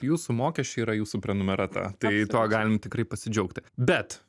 jūsų mokesčiai yra jūsų prenumerata tai tuo galim tikrai pasidžiaugti bet